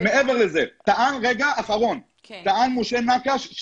טען משה נקש,